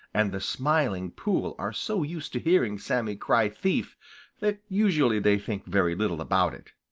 and the smiling pool are so used to hearing sammy cry thief that usually they think very little about it.